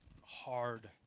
hard